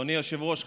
אדוני היושב-ראש,